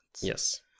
Yes